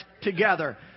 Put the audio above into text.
together